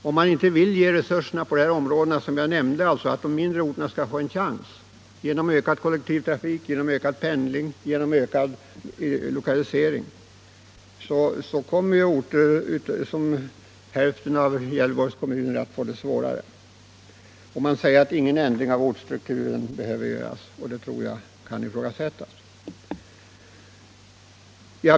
Om man inte vill ge de mindre orterna en chans genom att sätta in de åtgärder som jag nämnde — ökad kollektivtrafik, ökad pendling, ökad lokalisering —- kommer hälften av kommunerna inom Gävleborgs län att få det svårare. Man säger att ingen ändring av ortsstrukturen, ortsklassificeringen, behövs, och det vill jag ifrågasätta.